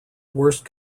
worst